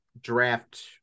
draft